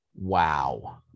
wow